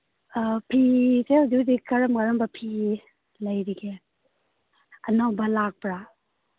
ꯑꯥ ꯐꯤꯁꯦ ꯍꯧꯖꯤꯛ ꯍꯧꯖꯤꯛ ꯀꯔꯝ ꯀꯔꯝꯕ ꯐꯤ ꯂꯩꯔꯤꯒꯦ ꯑꯅꯧꯕ ꯂꯥꯛꯄ꯭ꯔꯥ